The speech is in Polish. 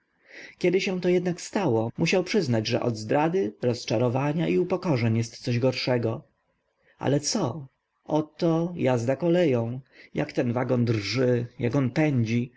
kiedy się to jednak stało musiał przyznać że od zdrady rozczarowania i upokorzeń jest coś gorszego ale co oto jazda koleją jak ten wagon drży jak on pędzi